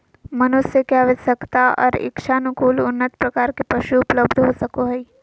मनुष्य के आवश्यकता और इच्छानुकूल उन्नत प्रकार के पशु उपलब्ध हो सको हइ